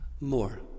more